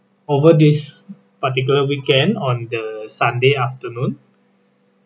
over this particular weekend on the sunday afternoon